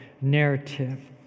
narrative